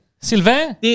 Sylvain